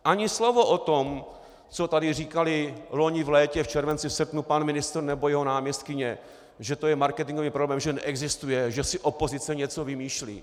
Ani slovo o tom, co tady říkali loni v létě v červenci, v srpnu pan ministr nebo jeho náměstkyně, že to je marketingový problém, že neexistuje, že si opozice vymýšlí.